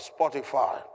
Spotify